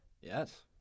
Yes